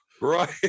right